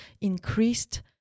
increased